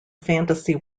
fantasy